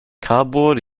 cardboard